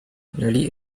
larry